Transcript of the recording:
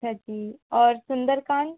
अच्छा जी और सुन्दर कांड